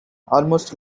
almost